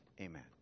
amen